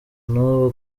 n’ubu